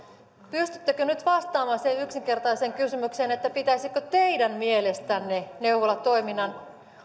pystyttekö nyt vastaamaan siihen yksinkertaiseen kysymykseen pitäisikö teidän mielestänne neuvolatoiminnan